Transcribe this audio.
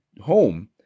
home